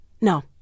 No